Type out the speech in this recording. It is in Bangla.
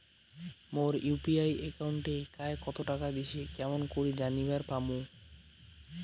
মোর ইউ.পি.আই একাউন্টে কায় কতো টাকা দিসে কেমন করে জানিবার পামু?